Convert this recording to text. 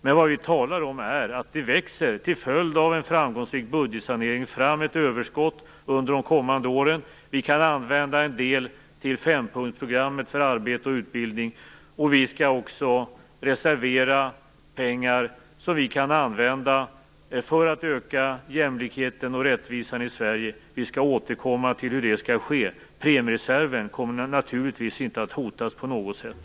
Men vad vi talar om är att det till följd av en framgångsrik budgetsanering kommer att växa fram ett överskott under de kommande åren. Vi kan använda en del till fempunktsprogrammet för arbete och utbildning. Vi skall också reservera pengar som vi kan använda för att öka jämlikheten och rättvisan i Sverige. Vi skall återkomma till hur det skall ske. Premiereserven kommer naturligtvis inte att hotas på något sätt.